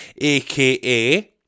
AKA